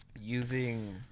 using